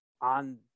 on